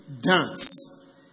Dance